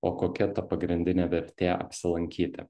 o kokia ta pagrindinė vertė apsilankyti